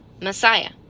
Messiah